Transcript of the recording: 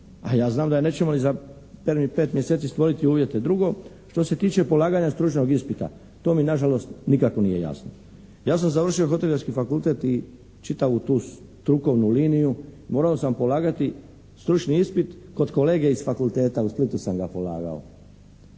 /Govornik se ne razumije./ … 5 mjeseci stvoriti uvjete. Drugo, što se tiče polaganja stručnog ispita. To mi nažalost nikako nije jasno. Ja sam završio Hotelijerski fakultet i čitavu tu strukovnu liniju, morao sam polagati stručni ispit kod kolege iz fakulteta, u Splitu sam ga polagao.